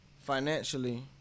Financially